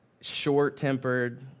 short-tempered